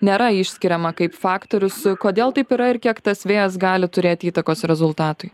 nėra išskiriama kaip faktorius kodėl taip yra ir kiek tas vėjas gali turėt įtakos rezultatui